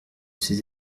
ses